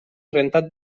rentat